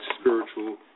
spiritual